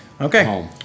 okay